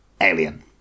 alien